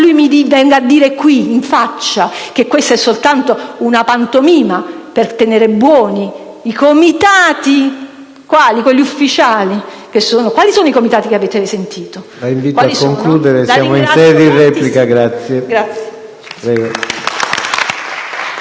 egli venga a dirmi qui, in faccia, che questa è soltanto una pantomima per tenere buoni i comitati. Ma quali comitati, quelli ufficiali? Quali sono i comitati che avete sentito? PRESIDENTE.